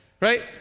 right